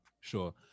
Sure